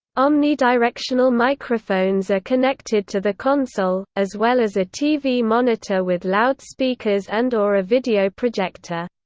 omnidirectional microphones are connected to the console, as well as a tv monitor with loudspeakers and or a video projector.